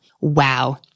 Wow